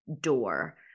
door